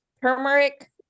turmeric